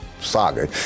saga